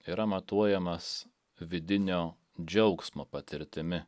yra matuojamas vidinio džiaugsmo patirtimi